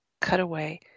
cutaway